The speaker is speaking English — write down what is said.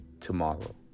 tomorrow